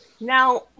Now